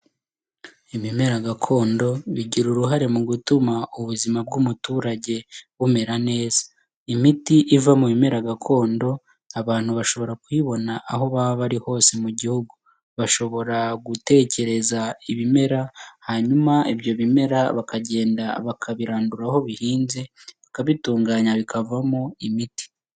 Ibimera gakondo, bigira uruhare mu gutuma ubuzima bw'umuturage, bumera neza. Imiti iva mu bimera gakondo, abantu bashobora kuyibona, aho baba bari hose mu gihugu. Bashobora gutekereza ibimera, hanyuma ibyo bimera bakagenda bakabirandura aho bihinze, bakabitunganya bikavamo imiti.